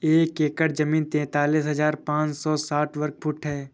एक एकड़ जमीन तैंतालीस हजार पांच सौ साठ वर्ग फुट है